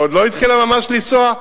עוד לא התחילה ממש לנסוע,